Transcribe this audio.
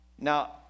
Now